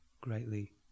greatly